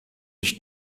ich